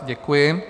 Děkuji.